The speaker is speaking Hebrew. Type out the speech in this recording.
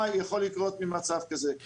מה יכול לקרות ממצב כזה.